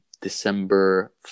December